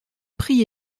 prix